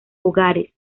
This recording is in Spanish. hogares